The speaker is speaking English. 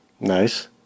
Nice